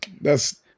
That's-